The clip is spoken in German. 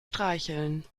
streicheln